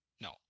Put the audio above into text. No